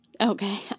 Okay